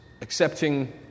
accepting